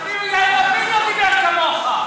אפילו יאיר לפיד לא דיבר כמוך.